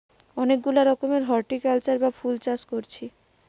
অনেক গুলা রকমের হরটিকালচার বা ফুল চাষ কোরছি